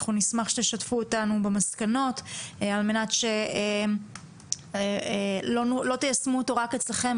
אנחנו נשמח שתשתפו אותנו במסקנות כדי שלא תיישמו אותו רק אצלכם,